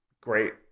Great